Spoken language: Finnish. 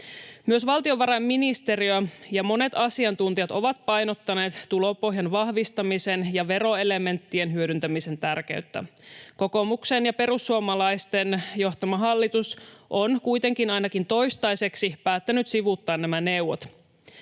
Myös valtiovarainministeriö ja monet asiantuntijat ovat painottaneet tulopohjan vahvistamisen ja veroelementtien hyödyntämisen tärkeyttä. Kokoomuksen ja perussuomalaisten johtama hallitus on kuitenkin ainakin toistaiseksi päättänyt sivuuttaa nämä neuvot.